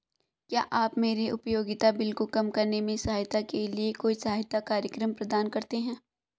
क्या आप मेरे उपयोगिता बिल को कम करने में सहायता के लिए कोई सहायता कार्यक्रम प्रदान करते हैं?